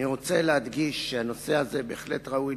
אני רוצה להדגיש שהנושא הזה בהחלט ראוי